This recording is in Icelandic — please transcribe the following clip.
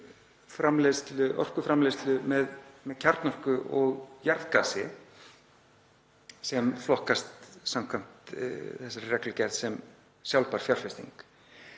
orkuframleiðslu með kjarnorku og jarðgasi sem flokkast samkvæmt þessari reglugerð sem sjálfbær fjárfesting.